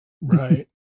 right